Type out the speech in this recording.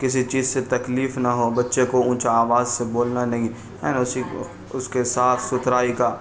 کسی چیز سے تکلیف نہ ہو بچے کو اونچا آواز سے بولنا نہیں ہیں نا اسی اس کے صاف ستھرائی کا